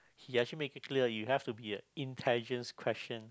he actually make it clear it has to be a intelligence question